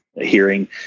hearing